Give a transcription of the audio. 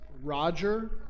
Roger